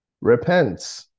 repent